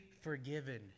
forgiven